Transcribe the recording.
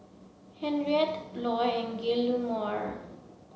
Henriette Loy and Guillermo